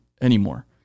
anymore